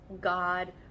god